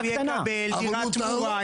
אז הוא יקבל דיר תמורה.